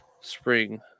spring